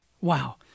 Wow